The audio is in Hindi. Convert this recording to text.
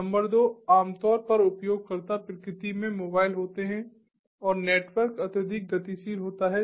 नंबर दो आमतौर पर उपयोगकर्ता प्रकृति में मोबाइल होते हैं और नेटवर्क अत्यधिक गतिशील होता है